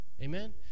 Amen